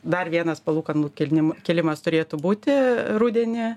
dar vienas palūkanų kėlim kėlimas turėtų būti rudenį